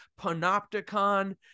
panopticon